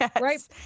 Right